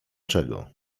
czego